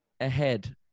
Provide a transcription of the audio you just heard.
ahead